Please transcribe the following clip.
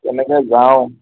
কেনেকৈ যাওঁ